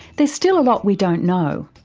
there's still a lot we don't know.